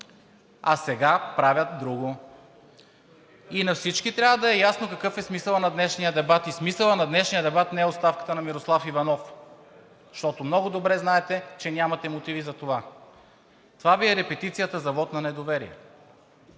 а сега правят друго. И на всички трябва да е ясно какъв е смисълът на днешния дебат. Смисълът на днешния дебат не е оставката на Мирослав Иванов, защото много добре знаете, че нямате мотиви за това. Това Ви е репетицията за вот на недоверие,